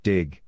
Dig